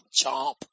chomp